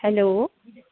hello